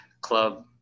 club